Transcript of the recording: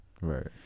Right